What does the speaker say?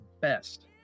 best